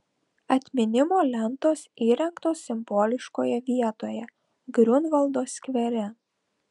atminimo lentos įrengtos simboliškoje vietoje griunvaldo skvere